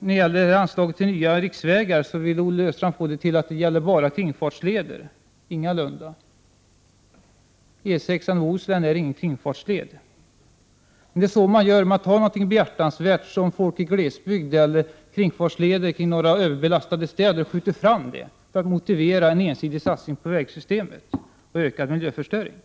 När det gäller anslaget till nya riksvägar ville Olle Östrand få det till att det bara gäller kringfartsvägar — ingalunda. E 6 i Bohuslän är ingen kringfartsled. Det är så det går till. Man tar något behjärtansvärt som folk i glesbygd vill ha eller kringfartsleder kring några överbelastade städer och skjuter fram dem för att motivera en ensidig satsning på vägsystemet och en ökning av miljöförstöringen.